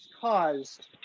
caused